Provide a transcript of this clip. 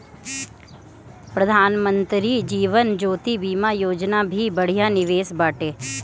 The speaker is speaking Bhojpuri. प्रधानमंत्री जीवन ज्योति बीमा योजना भी बढ़िया निवेश बाटे